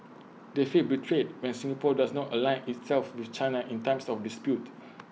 they feel betrayed when Singapore does not align itself with China in times of dispute